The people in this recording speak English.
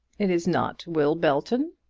it is not will belton?